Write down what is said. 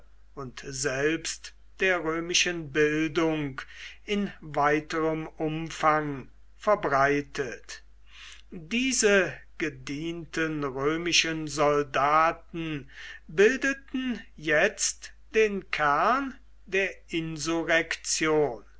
und selbst der römischen bildung in weiterem umfang verbreitet diese gedienten römischen soldaten bildeten jetzt den kern der